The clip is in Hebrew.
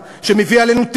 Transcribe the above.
שמביא עלינו אינתיפאדה,